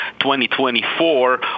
2024